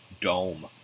dome